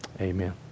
Amen